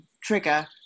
trigger